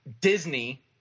Disney